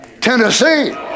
Tennessee